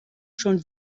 schon